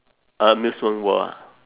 amusement world ah